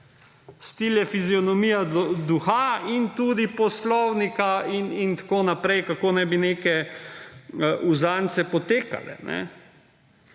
stil je fiziognomija duha in tudi poslovnika in tako naprej, kako naj bi neke uzance potekale.